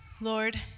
Lord